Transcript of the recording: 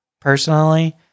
personally